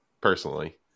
personally